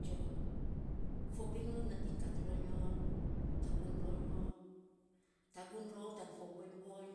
Yo, fo binun natiny kat ro nyo, tagun ro nyo, tagun rou tan fo voinyvoiny